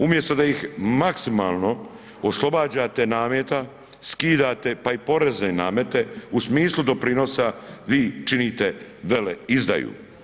Umjesto da ih maksimalno oslobađate nameta, skidate pa i porezne namete u smislu doprinosa vi činite veleizdaju.